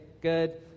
good